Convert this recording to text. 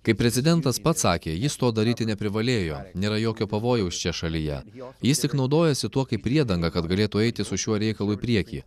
kaip prezidentas pats sakė jis to daryti neprivalėjo nėra jokio pavojaus čia šalyje jis tik naudojosi tuo kaip priedanga kad galėtų eiti su šiuo reikalu į priekį